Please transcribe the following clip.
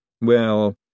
Well